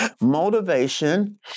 Motivation